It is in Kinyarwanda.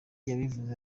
yabivuze